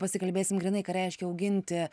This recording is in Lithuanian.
pasikalbėsim grynai ką reiškia auginti